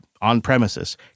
on-premises